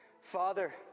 Father